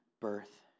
birth